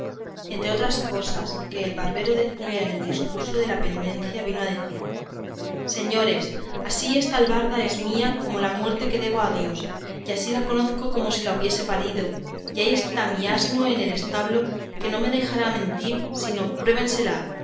entre otras cosas que el barbero decía en el discurso de la pendencia vino a decir señores así esta albarda es mía como la muerte que debo a dios y así la conozco como si la hubiera parido y ahí está mi asno en el establo que no me dejará mentir si no